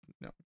No